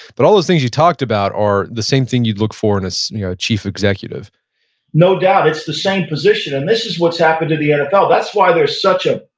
but all of those things you talked about are the same thing you'd look for in a so you know chief executive no doubt, it's the same position, and this is what's happened to the nfl. that's why there's such a,